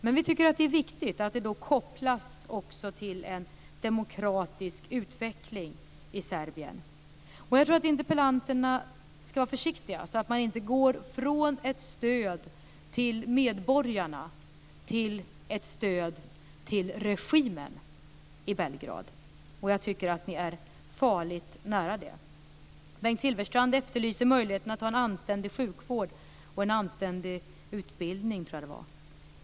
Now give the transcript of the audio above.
Men vi tycker att det är viktigt att detta kopplas till en demokratisk utveckling i Serbien. Jag tycker att interpellanterna ska vara försiktiga, så att man inte går från ett stöd till medborgarna till ett stöd till regimen i Belgrad. Jag tycker att de är farligt nära att göra det. Bengt Silfverstrand efterlyser möjlighet att ha en anständig sjukvård och en anständig utbildning, tror jag att det var.